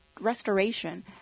restoration